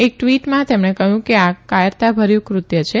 એક ટવીટમાં તેમણે કહયું કે આ કાયરતાભર્યુ કૃત્ય છે